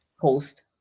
Post